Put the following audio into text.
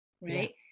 Right